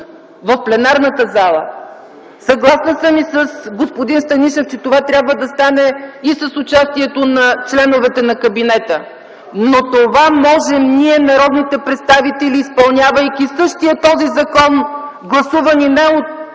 в пленарната зала, съгласна съм и с господин Станишев, че това трябва да стане и с участието на членовете на кабинета, но това можем ние, народните представители, изпълнявайки същия този закон, гласуван не от